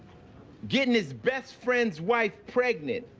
getting his best friend's wife pregnant,